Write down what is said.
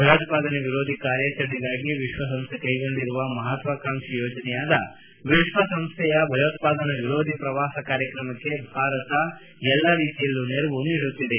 ಭಯೋತ್ವಾದನೆ ವಿರೋಧಿ ಕಾರ್ಯಾಚರಣೆಗಾಗಿ ವಿಶ್ವಸಂಸ್ಟೆ ಕ್ಟೆಗೊಂಡಿರುವ ಮಹತ್ವಾಕಾಂಕ್ಷಿ ಯೋಜನೆಯಾದ ವಿಶ್ವಸಂಸ್ವೆಯ ಭಯೋತ್ಪಾದನಾ ವಿರೋಧಿ ಪ್ರವಾಸ ಕಾರ್ಯಕ್ರಮ ಕ್ಕೆ ಭಾರತ ಎಲ್ಲ ರೀತಿಯಲ್ಲೂ ನೆರವು ನೀಡುತ್ತಿದೆ